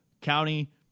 county